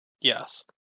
Yes